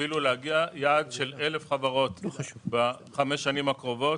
אפילו להגיע ליעד של 1,000 חברות ב-5 השנים הקרובות.